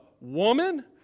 woman